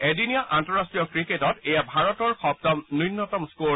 এদিনীয়া আন্তঃৰাষ্টীয় ক্ৰিকেটৰ এয়া ভাৰতৰ সপুম ন্যূনতম স্থৰ